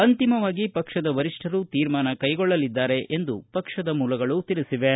ಅಂತಿಮವಾಗಿ ಪಕ್ಷದ ವರಿಷ್ಠರು ತೀರ್ಮಾನ ಕೈಗೊಳ್ಳಲಿದ್ದಾರೆ ಎಂದು ಪಕ್ಷದ ಮೂಲಗಳು ತಿಳಿಸಿವೆ